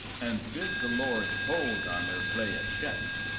and bid the lords hold on their play at chess,